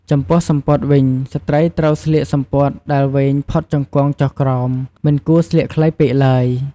ចំពោះសំពត់វិញ ស្រ្តីត្រូវស្លៀកសំពត់ដែលវែងផុតជង្គង់ចុះក្រោម មិនគួរស្លៀកខ្លីពេកទ្បើយ។